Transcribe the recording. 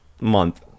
month